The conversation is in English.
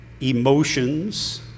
emotions